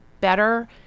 better